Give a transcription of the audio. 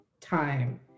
time